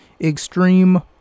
extreme